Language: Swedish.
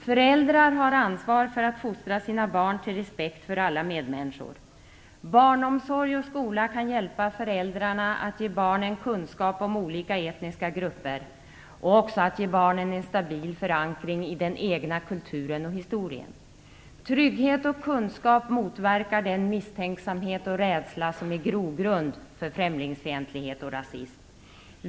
Föräldrar har ansvar för att fostra sina barn till respekt för alla medmänniskor. Barnomsorg och skola kan hjälpa föräldrarna att ge barnen kunskap om olika etniska grupper och även ge barnen en stabil förankring i den egna kulturen och historien. Trygghet och kunskap motverkar den misstänksamhet och rädsla som är grogrund för främlingsfientlighet och rasism.